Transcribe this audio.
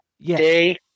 day